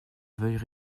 veuille